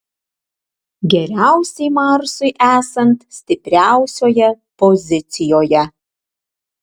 geriausiai marsui esant stipriausioje pozicijoje